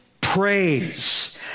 praise